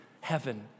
heaven